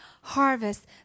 harvest